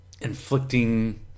inflicting